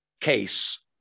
case